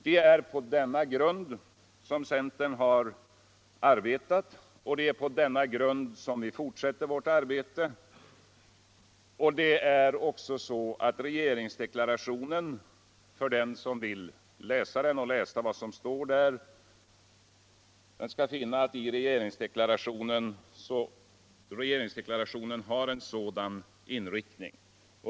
Det är på denna grund som centern har arbetat och som vi fortsätter värt arbete. Den som vill läsa vad som står i regeringsdeklarationen skaull också finna att den har en sådan inriktning.